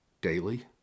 daily